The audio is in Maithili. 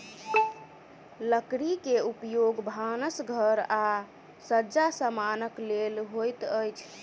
लकड़ी के उपयोग भानस घर आ सज्जा समानक लेल होइत अछि